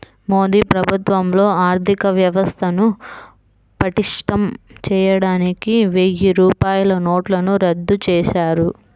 మోదీ ప్రభుత్వంలో ఆర్ధికవ్యవస్థను పటిష్టం చేయడానికి వెయ్యి రూపాయల నోట్లను రద్దు చేశారు